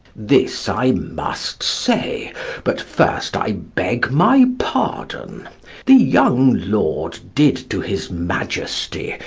this i must say but first, i beg my pardon the young lord did to his majesty,